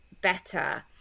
better